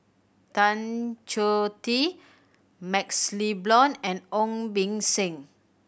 Tan Choh Tee MaxLe Blond and Ong Beng Seng